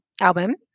album